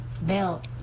belt